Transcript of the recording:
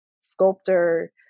sculptor